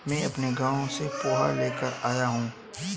मैं अपने गांव से पोहा लेकर आया हूं